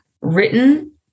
written